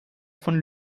von